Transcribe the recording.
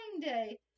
day